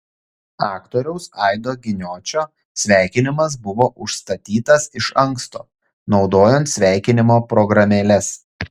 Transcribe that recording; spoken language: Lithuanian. aktoriaus aido giniočio sveikinimas buvo užstatytas iš anksto naudojant sveikinimo programėles